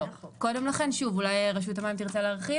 קודם לכן אולי רשות המים תרצה להרחיב